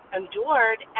endured